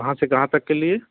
کہاں سے کہاں تک کے لیے